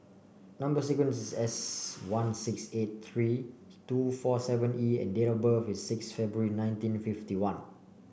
number sequence is S one six eight three two four seven E and date of birth is six February nineteen fifty one